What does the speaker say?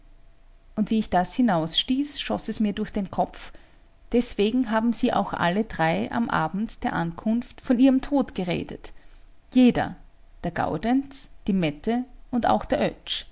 und wie ich das hinausstieß schoß es mir durch den kopf deswegen haben sie auch alle drei am abend der ankunft von ihrem tod geredet jeder der gaudenz die mette und auch der